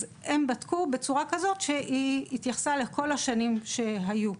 הם בדקו בצורה כזו שהתייחסה לכל השנים שהיו.